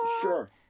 sure